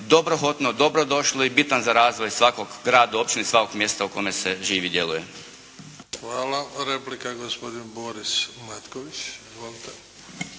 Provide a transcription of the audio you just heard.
dobro došlo i bitan za razvoj svakog grada, općini, svakog mjesta u kojem se živi i djeluje. **Bebić, Luka (HDZ)** Hvala. Replika gospodin Boris Matković.